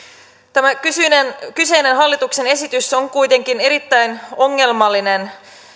tämä kyseinen kyseinen hallituksen esitys on kuitenkin erittäin ongelmallinen